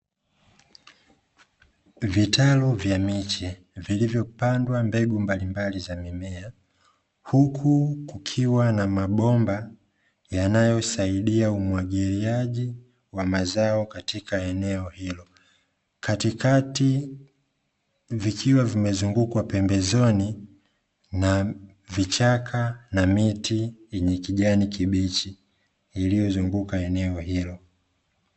Vitalu vya miche vilivyopandwa mbegu mbalimbali za mimea, huku kukiwa na mabomba yanayosaidia umwagiliaji wa mazao katika eneo hilo. Katikati vikiwa vimezungukwa pembezoni na vichaka na miti yenye kijani kibichi iliyozunguka eneo hilo.